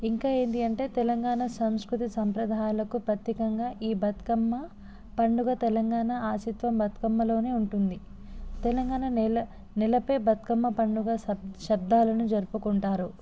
ఇంకా ఏందీ అంటే తెలంగాణ సంస్కృతి సంప్రదాయాలకు ప్రత్యేకంగా ఈ బతుకమ్మ పండుగ తెలంగాణ అసిత్వం బతుకమ్మలోనే ఉంది తెలంగాణ నేల నేలపై బతుకమ్మ పండుగ శ శబ్దాలను జరుపుకుంటారు